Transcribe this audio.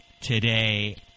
today